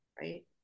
right